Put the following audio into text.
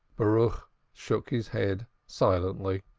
baruch shook his head silently.